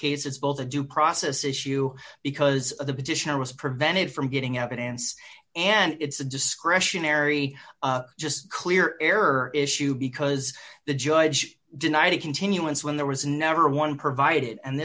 case it's both a due process issue because the petition was prevented from getting evidence and it's a discretionary just clear error issue because the judge denied a continuance when there was never one provided and